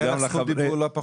תהיה לך זכות דיבור לא פחות.